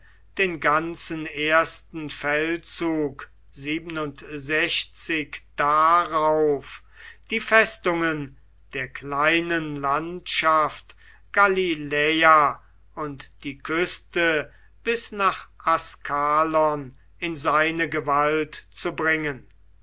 den ganzen ersten feldzug darauf die festungen der kleinen landschaft galiläa und die küste bis nach askalon in seine gewalt zu bringen